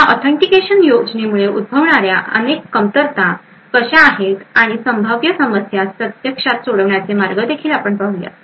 या ऑथेंटिकेशन योजनेमुळे उद्भवू शकणाऱ्या या अनेक कमतरता कशा आहेत आणि या संभाव्य समस्यांस प्रत्यक्षात सोडण्याचे मार्ग देखील आपण पाहूयात